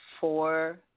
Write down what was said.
four